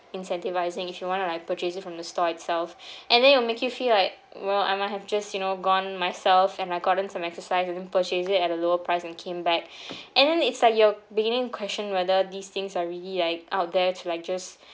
incentivizing if you want to like purchase it from the store itself and then it'll make you feel like well I might have just you know gone myself and like gotten some exercise and then purchase it at a lower price and came back and then it's like you're beginning question whether these things are really like out there to like just